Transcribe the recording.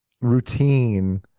routine